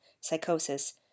psychosis